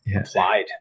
applied